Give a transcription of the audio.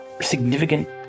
significant